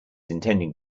intending